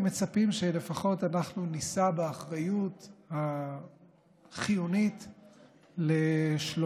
הם מצפים שלפחות אנחנו נישא באחריות החיונית לשלומם.